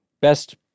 Best